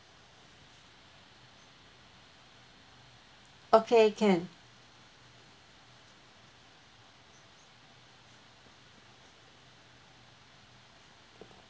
okay can